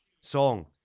song